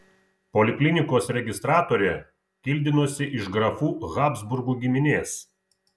poliklinikos registratorė kildinosi iš grafų habsburgų giminės